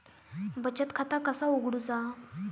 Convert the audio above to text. बचत खाता कसा उघडूचा?